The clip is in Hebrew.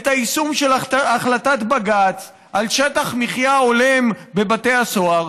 את היישום של החלטת בג"ץ על שטח מחיה הולם בבתי הסוהר.